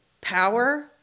power